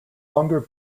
longer